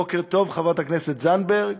בוקר טוב, חברת הכנסת זנדברג.